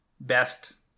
best